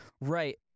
Right